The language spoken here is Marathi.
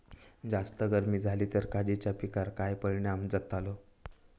जास्त गर्मी जाली तर काजीच्या पीकार काय परिणाम जतालो?